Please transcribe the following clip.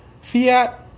Fiat